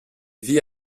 vit